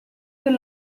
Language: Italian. del